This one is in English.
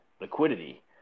liquidity